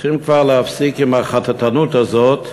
צריכים כבר להפסיק עם החטטנות הזאת,